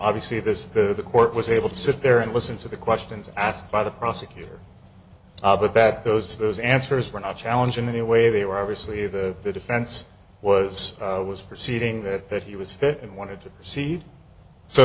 obviously this the court was able to sit there and listen to the questions asked by the prosecutor but that those those answers were not challenge in any way they were obviously the defense was it was proceeding that he was fit and wanted to see so